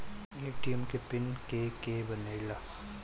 ATM के PIN के के बनेला?